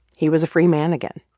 he was a free man again.